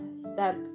step